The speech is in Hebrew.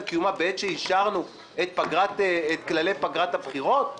קיומה בעת שאישרנו את כללי פגרת הבחירות?